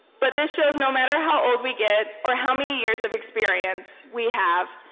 but this shows no matter how old we get, or how many years of experience we have,